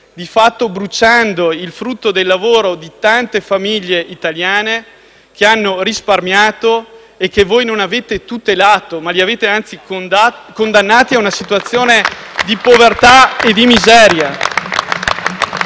di fatto bruciando il frutto del lavoro di tante famiglie italiane che hanno risparmiato e che voi non avete tutelato, anzi, le avete condannate ad una situazione di povertà e di miseria.